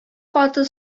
каты